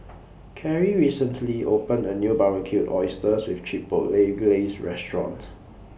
Karrie recently opened A New Barbecued Oysters with Chipotle Glaze Restaurant